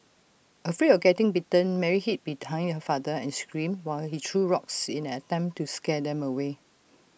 afraid of getting bitten Mary hid behind her father and screamed while he threw rocks in an attempt to scare them away